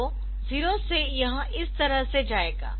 तो 0 से यह इस तरह से जाएगा